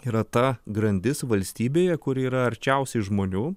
yra ta grandis valstybėje kuri yra arčiausiai žmonių